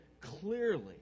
clearly